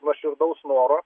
nuoširdaus noro